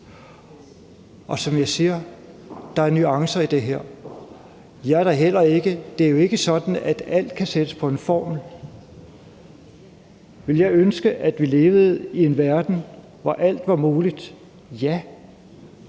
Og som jeg siger: Der er nuancer i det her. Det er jo ikke sådan, at alt kan sættes på en formel. Ville jeg ønske, at vi levede i en verden, hvor alt var muligt? Ja.